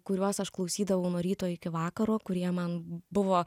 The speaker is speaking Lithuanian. kuriuos aš klausydavau nuo ryto iki vakaro kurie man buvo